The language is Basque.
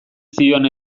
zion